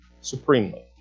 supremely